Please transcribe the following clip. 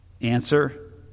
answer